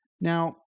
Now